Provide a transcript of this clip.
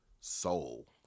Soul